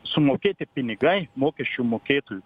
sumokėti pinigai mokesčių mokėtojų